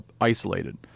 isolated